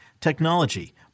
technology